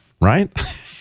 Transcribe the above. right